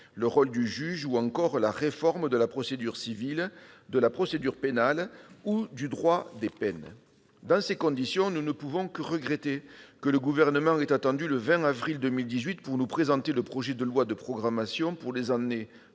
le rôle du juge ou la réforme de la procédure civile, de la procédure pénale ou du droit des peines ont été faites. Dans ces conditions, nous ne pouvons que regretter que le Gouvernement ait attendu le 20 avril 2018 pour nous présenter le projet de loi de programmation pour les années 2018